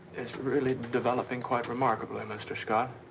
is really developing quite remarkably, mr. scott.